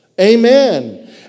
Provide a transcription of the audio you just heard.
Amen